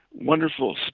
wonderful